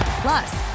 Plus